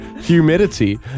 humidity